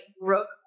Brooke